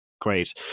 Great